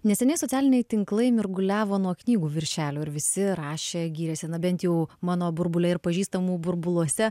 neseniai socialiniai tinklai mirguliavo nuo knygų viršelių ir visi rašė gyrėsi na bent jau mano burbule ir pažįstamų burbuluose